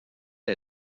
est